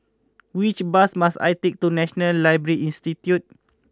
which bus must I take to National Library Institute